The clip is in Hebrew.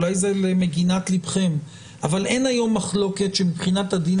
אולי זה למגינת לבכם אבל אין היום מחלוקת שמבחינת הדין